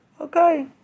okay